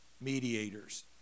mediators